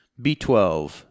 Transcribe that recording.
B12